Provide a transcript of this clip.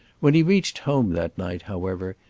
when he reached home that night, however,